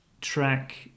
track